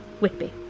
Whitby